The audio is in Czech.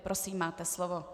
Prosím máte slovo.